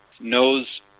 knows